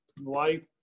life